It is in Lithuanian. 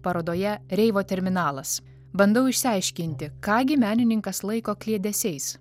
parodoje reivo terminalas bandau išsiaiškinti ką gi menininkas laiko kliedesiais